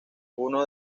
uno